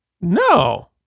no